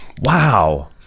Wow